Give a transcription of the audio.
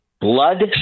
blood